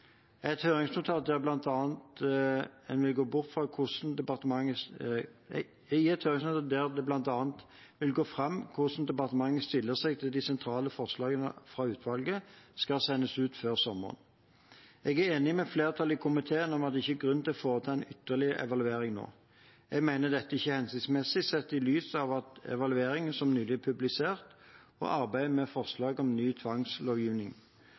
Et høringsnotat der det bl.a. vil gå fram hvordan departementet stiller seg til de sentrale forslagene fra utvalget, skal sendes ut før sommeren. Jeg er enig med flertallet i komiteen i at det ikke er grunn til å foreta en ytterligere evaluering nå. Jeg mener at dette ikke er hensiktsmessig, sett i lys av evalueringene som nylig er publisert, og arbeidet med forslag til ny tvangslovgivning.